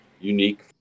unique